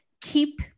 keep